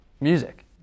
Music